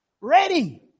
Ready